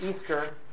Easter